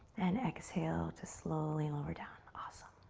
and exhale to slowly lower down. awesome.